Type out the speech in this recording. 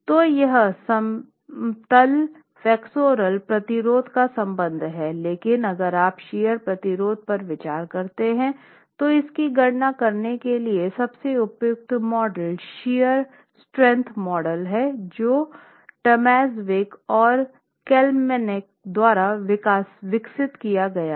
तो यह समतल फ्लेक्सुरल प्रतिरोध का संबंध है लेकिन अगर आप शियर प्रतिरोध पर विचार करते हैं तो इसकी गणना करने के लिए सबसे उपयुक्त मॉडल शियर स्ट्रेंगत मॉडल है जो टोमाजेविक और क्लेमेंस द्वारा विकसित किया गया है